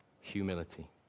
humility